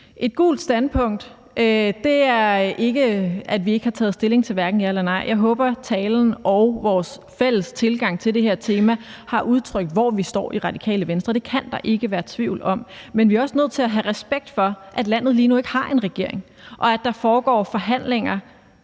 Et gult standpunkt betyder ikke, at vi ikke har taget stilling til, om vi skal sige ja eller nej. Jeg håber, at min tale og vores fælles tilgang til det her tema har udtrykt, hvor vi står i Radikale Venstre. Det kan der ikke være tvivl om. Men vi er også nødt til at have respekt for, at landet lige nu ikke har en regering, og at der foregår forhandlinger